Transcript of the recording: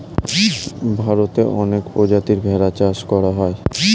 ভারতে অনেক প্রজাতির ভেড়া চাষ করা হয়